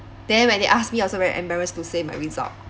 then when they ask me also very embarrassed to say my result